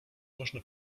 można